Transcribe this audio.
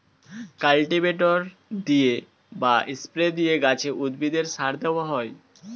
cultivator দিয়ে বা spray দিয়ে গাছে, উদ্ভিদে সার দেওয়া হয়